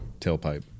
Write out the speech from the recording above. tailpipe